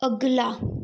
अगला